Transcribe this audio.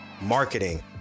marketing